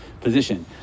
position